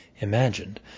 imagined